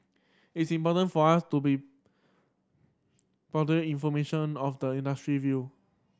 it's important for us to be powder information of the industry view